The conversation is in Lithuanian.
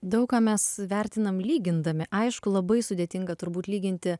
daug ką mes vertinam lygindami aišku labai sudėtinga turbūt lyginti